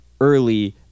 early